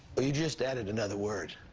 you just added another word.